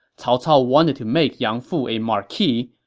cao cao wanted to make yang fu a marquis,